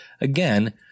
again